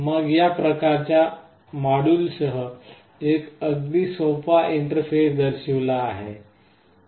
मी या प्रकारच्या मॉड्यूलसह एक अगदी सोपा इंटरफेस दर्शविला आहे